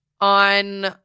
on